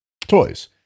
Toys